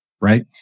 right